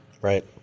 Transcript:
Right